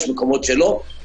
יש מקומות שלא.